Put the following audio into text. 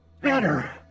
better